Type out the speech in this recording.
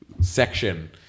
section